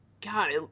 God